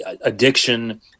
addiction